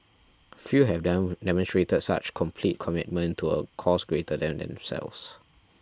few have demonstrated such complete commitment to a cause greater than themselves